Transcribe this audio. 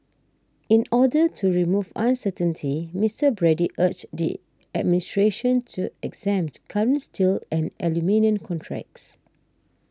in order to remove uncertainty Mister Brady urged the administration to exempt current steel and aluminium contracts